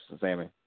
Sammy